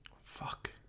Fuck